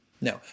No